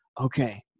okay